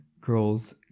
girls